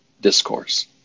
discourse